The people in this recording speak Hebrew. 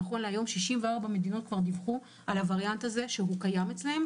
נכון להיום 64 מדינות כבר דיווחו שהווריאנט הזה קיים אצלן,